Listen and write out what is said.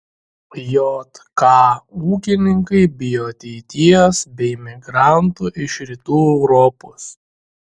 jk ūkininkai bijo ateities be imigrantų iš rytų europos